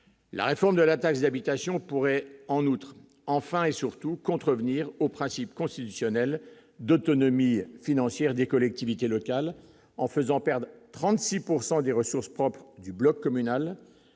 la réforme de la taxe d'habitation, pourrait, en outre, enfin et surtout contrevenir au principe constitutionnel d'autonomie financière des collectivités locales en faisant perdre 36 pourcent des des ressources propres du bloc communal